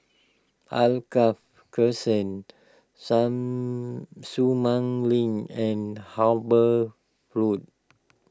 Alkaff Crescent some Sumang Link and Harper Road